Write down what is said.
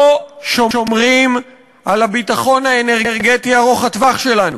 לא שומרים על הביטחון האנרגטי ארוך-הטווח שלנו